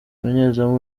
umunyezamu